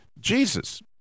jesus